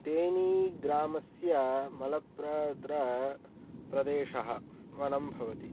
तेनीग्रामस्य मलप्रद्र प्रदेशः वनं भवति